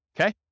Okay